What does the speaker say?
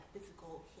physical